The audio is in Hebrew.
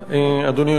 אדוני היושב-ראש,